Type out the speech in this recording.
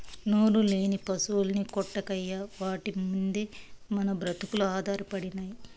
నోరులేని పశుల్ని కొట్టకయ్యా వాటి మిందే మన బ్రతుకులు ఆధారపడినై